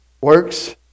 works